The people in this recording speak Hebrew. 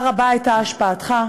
מה רבה הייתה השפעתך,